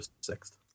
sixth